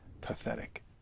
pathetic